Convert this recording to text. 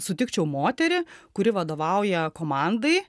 sutikčiau moterį kuri vadovauja komandai